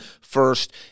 first